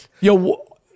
Yo